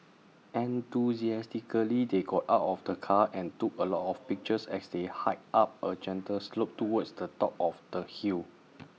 enthusiastically they got out of the car and took A lot of pictures as they hiked up A gentle slope towards the top of the hill